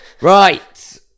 right